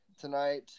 tonight